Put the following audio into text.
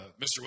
Mr